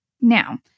Now